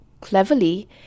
cleverly